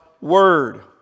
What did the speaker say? word